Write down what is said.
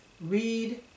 read